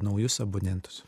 naujus abonentus